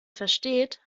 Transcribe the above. versteht